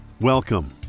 Welcome